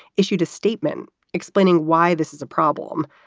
issued a statement explaining why this is a problem,